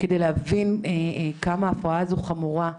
כדי להבין כמה ההפרעה הזאת חמורה: